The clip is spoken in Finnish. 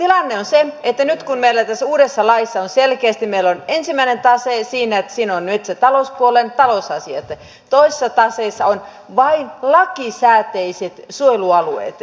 tilanne on se että nyt meillä tässä uudessa laissa on selkeästi että meillä ensimmäisessä taseessa ovat talousasiat toisessa taseessa ovat vain lakisääteiset suojelualueet